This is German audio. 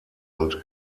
und